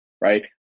right